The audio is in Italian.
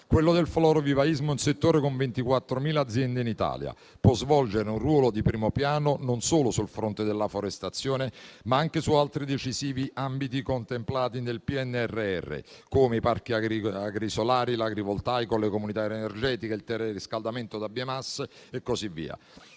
Quello del florovivaismo è un settore con 24.000 aziende in Italia. Può svolgere un ruolo di primo piano non solo sul fronte della forestazione, ma anche su altri decisivi ambiti contemplati nel PNRR, come i parchi agrisolari, l'agrivoltaico, le comunità energetiche, il teleriscaldamento da biomasse e così via;